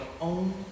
own